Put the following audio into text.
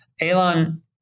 Elon